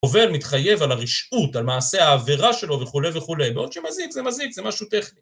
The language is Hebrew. עובר, מתחייב על הרשעות, על מעשה העבירה שלו וכולי וכולי. בעוד שמזיק, זה מזיק, זה משהו טכני.